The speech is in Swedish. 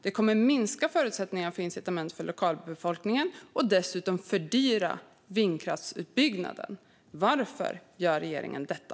Det kommer att minska förutsättningarna för incitament hos lokalbefolkningen och dessutom fördyra vindkraftsutbyggnaden. Varför gör regeringen detta?